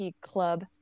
Club